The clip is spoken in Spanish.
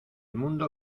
mundo